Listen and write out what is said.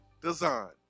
Design